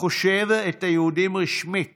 החושב את היהודים רשמית